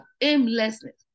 aimlessness